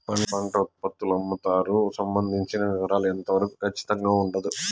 పంట ఉత్పత్తుల అమ్ముతారు సంబంధించిన వివరాలు ఎంత వరకు ఖచ్చితంగా ఉండదు?